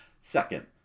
Second